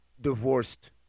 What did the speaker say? divorced